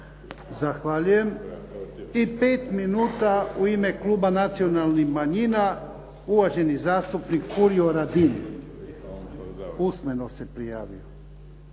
Zahvaljujem. I pet minuta u ime Kluba nacionalnih manjina, uvaženi zastupnik Furio Radin. Usmeno se prijavio.